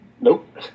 Nope